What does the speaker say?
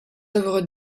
œuvres